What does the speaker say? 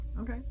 Okay